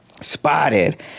Spotted